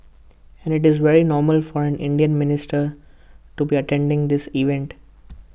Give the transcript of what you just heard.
and IT is very normal for an Indian minister to be attending this event